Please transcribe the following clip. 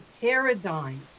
paradigm